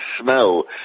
smell